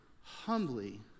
humbly